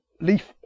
leaf